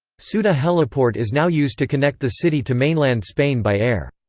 ceuta heliport is now used to connect the city to mainland spain by air.